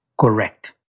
Correct